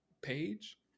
page